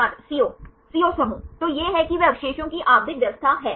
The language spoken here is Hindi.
फिर प्लेन 2 के साथ जाएं और आपको किन 3 अवशेषों पर विचार करने की आवश्यकता है